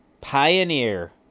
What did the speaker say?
Pioneer